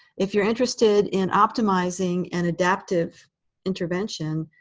if you're interested in optimizing an adaptive intervention,